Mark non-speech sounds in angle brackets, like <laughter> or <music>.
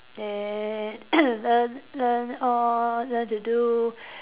then <coughs> learn learn all learn to do